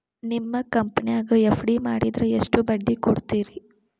ನಿಮ್ಮ ಕಂಪನ್ಯಾಗ ಎಫ್.ಡಿ ಮಾಡಿದ್ರ ಎಷ್ಟು ಬಡ್ಡಿ ಕೊಡ್ತೇರಿ?